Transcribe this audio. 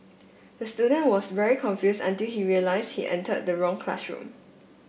the student was very confuse until he realise he entered the wrong classroom